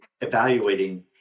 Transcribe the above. evaluating